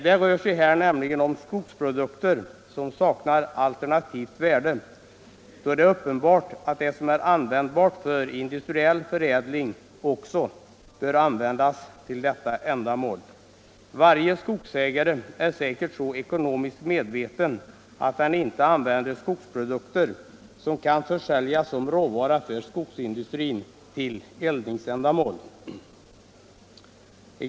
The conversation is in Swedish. Det rör sig här om skogsprodukter som saknar alternativt värde, då det är uppenbart att det som är användbart för industriell förädling också bör användas till detta ändamål. Varje skogsägare är säkert så ekonomiskt medveten att han inte eldar upp skogsprodukter som kan försäljas som råvara för skogsindustrin.